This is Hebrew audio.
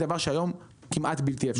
דבר שהיום כמעט בלתי אפשרי.